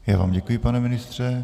Já vám děkuji, pane ministře.